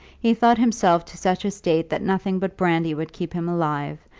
he brought himself to such a state that nothing but brandy would keep him alive,